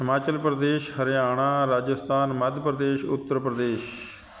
Himachal Pradesh Haryana Rajasthan Madhya Pradesh Uttar Pradesh